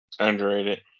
Underrated